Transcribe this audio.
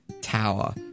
tower